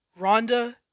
Rhonda